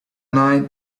night